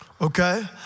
Okay